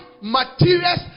materials